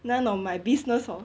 none of my business hor